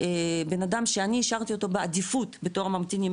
בנאדם שאני אישרתי אותו בעדיפות בתור הממתינים,